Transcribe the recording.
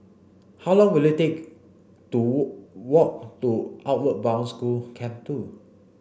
how long will it take to walk to Outward Bound School Camp two